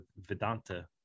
Vedanta